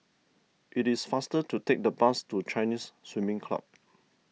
it is faster to take the bus to Chinese Swimming Club